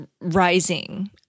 rising